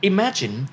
Imagine